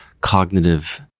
cognitive